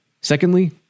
Secondly